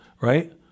right